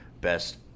best